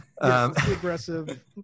aggressive